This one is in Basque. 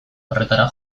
horretara